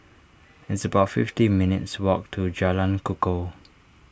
it's about fifty minutes' walk to Jalan Kukoh